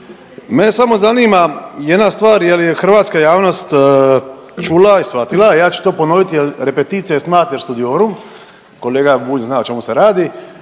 Mene samo zanima jedna stvar, je li hrvatska javnost čuli i shvatila, ja ću to ponoviti jer repetitio est mater studiorum, kolega Bulj zna o čemu se radi.